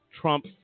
Trump